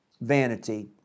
vanity